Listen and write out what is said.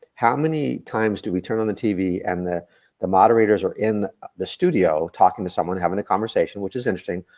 how many times do we turn on the tv and the the moderators are in the studio, talking to someone, having a conversation, which is interesting,